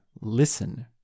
listen